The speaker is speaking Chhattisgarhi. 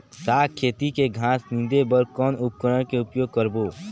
साग खेती के घास निंदे बर कौन उपकरण के उपयोग करबो?